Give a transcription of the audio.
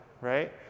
right